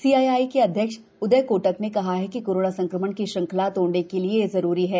CII के अध्यक्ष उदय कोटक ने कहा कि कोरोना संक्रमण की श्रंखला तोड़ने के लिए यह जरूरी है